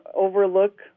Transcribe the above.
overlook